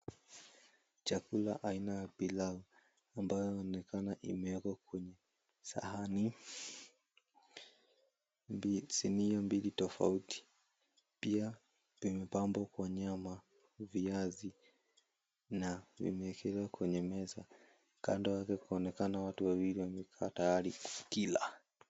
Chakula aina ya pilau ambayo inaonekana imewekwa kwenye sahani sinia mbili tofauti pia imepambwa kwa nyama, viazi, na vimeekelewa kwenye meza kando yake kunaonekana watu wawili wamekaa tayari kukila.